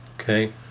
Okay